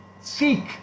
Seek